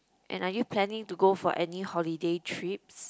and are you planning to go for any holiday trips